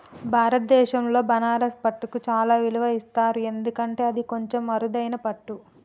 భారతదేశంలో బనారస్ పట్టుకు చాలా విలువ ఇస్తారు ఎందుకంటే అది కొంచెం అరుదైన పట్టు